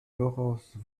laurence